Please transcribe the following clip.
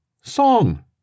Song